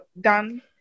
done